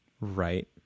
Right